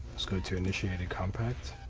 let's go to initiated compact